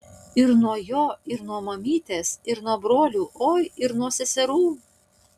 ir nuo jo ir nuo mamytės ir nuo brolių oi ir nuo seserų